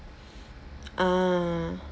ah